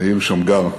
מאיר שמגר,